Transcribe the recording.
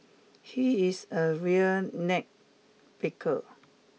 he is a real nitpicker